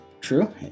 True